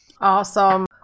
Awesome